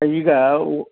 ಈಗ ಉ